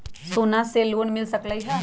सोना से लोन मिल सकलई ह?